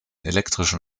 elektrischen